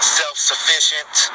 self-sufficient